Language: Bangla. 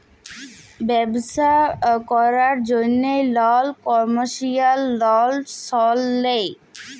ব্যবছা ক্যরার জ্যনহে লক কমার্শিয়াল লল সল লেয়